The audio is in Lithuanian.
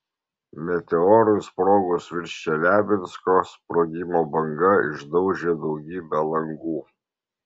meteorui sprogus virš čeliabinsko sprogimo banga išdaužė daugybę langų